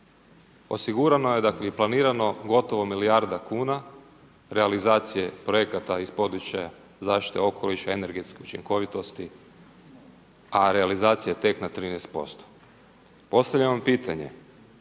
Osigurano je dakle i planirano gotovo milijarda kuna realizacije projekata iz područja zaštite okoliša, energetske učinkovitosti, a realizacija tek na 13%. Postavljam Vam pitanje,